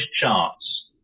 charts